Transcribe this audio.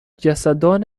جسدان